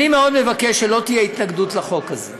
אני מאוד מבקש שלא תהיה התנגדות לחוק הזה.